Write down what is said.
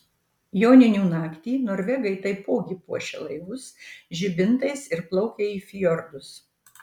joninių naktį norvegai taipogi puošia laivus žibintais ir plaukia į fjordus